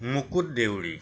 Mukut Deori